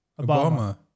Obama